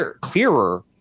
clearer